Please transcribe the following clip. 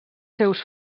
seus